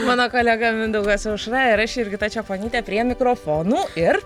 mano kolega mindaugas aušra ir aš jurgita čeponytė prie mikrofonų ir